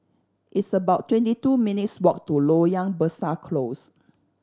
it's about twenty two minutes' walk to Loyang Besar Close